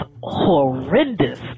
horrendous